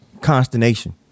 consternation